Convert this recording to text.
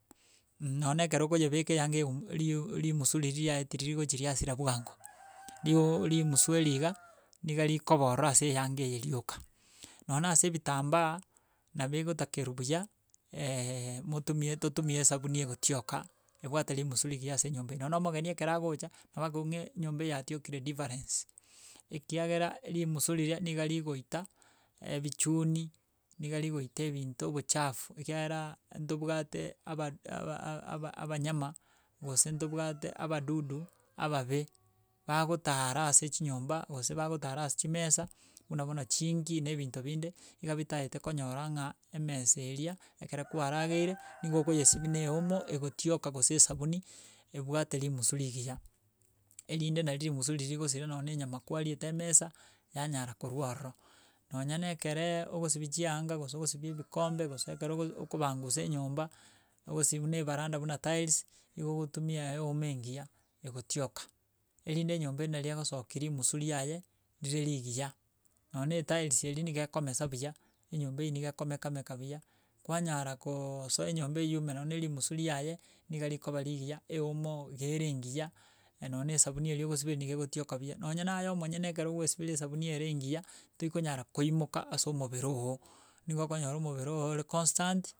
nonye na ekero okoyebeka eyanga eye um riu rimusu riria riaetire rigocha riasira bwango. Rigo rimusu eria iga, niga rikoba ororo ase eyanga eye rioka, nonye na ase ebitambaa, nabo egotakerwa buya, motumie totumie esabuni egotioka, ebwate rimusu rigiya ase enyomba eye nonye na omogeni ekero agocha, nabo akoigwa ng'a enyomba eye yatiokire difference, ekiagera rimusu riria niga rigoita ebichuni, niga rigoita ebinto obochafu ekiagera ntobwate aba do aba aba aba abanyama, gose ntobwate abadudu, ababe bagotara ase chinyomba gose bagotara ase chimesa buna bono chiingi na ebinto binde, igo bitaete konyora ng'a emesa eria ekero kwarageire nigo okoyesibia na omo, egotioka gose esabuni, ebwate rimusu rigiya. Erinde nari rimusu riria rigosira nonye na enyama kwariete emesa, yanyara korwa ororo, nonya na ekereee ogosibia chianga gose ogosibia ebikombe gose ekero okobangusa enyomba, ogosibia buna evaranda buna tiles, igo ogotumia eomo engiya egotioka, erinde enyomba eri nari egosoki rimusu riaye rire rigiya nonya na etiles eri nigo ekomesa buya, enyomba eywo nigo ekomekameka buya kwanyara koooosoa enyomba eywo ime nonya na rimusu riaye, niga rikoba rigiya, eomo iga ere engiya, nonye na esabuni eria ogosiberia niga egotioka buya, nonya naye omonyene ekero ogoisiberia esabuni ere engiya torikonyara koimoka ase omobere ogo, nigo okonyora omobere ogo ore constant.